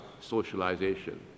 socialization